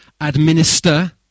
Administer